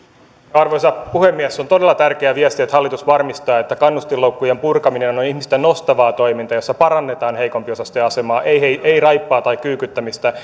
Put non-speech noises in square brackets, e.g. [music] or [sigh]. arvoisa puhemies on todella tärkeä viesti että hallitus varmistaa että kannustinloukkujen purkaminen on on ihmistä nostavaa toimintaa jossa parannetaan heikompiosaisten asemaa ei raippaa tai kyykyttämistä [unintelligible]